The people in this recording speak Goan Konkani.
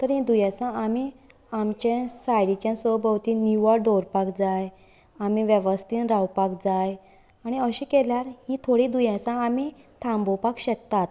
तर हीं दुयेंसां आमी आमचे सायडिचें सरभोंवतणी निवळ दवरपाक जाय आमी वेवस्थीत रावपाक जाय आनी अशें केल्यार हीं थोडीं दुयेंसां आमी थांबोवपाक शकतात